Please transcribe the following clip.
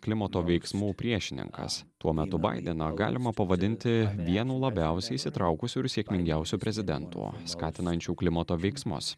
klimato veiksmų priešininkas tuo metu baideną galima pavadinti vienu labiausiai įsitraukusių sėkmingiausių prezidentų skatinančių klimato veiksmus